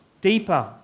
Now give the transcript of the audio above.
deeper